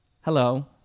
Hello